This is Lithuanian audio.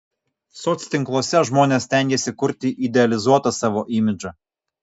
soctinkluose žmonės stengiasi kurti idealizuotą savo imidžą